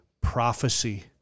prophecy